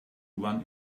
run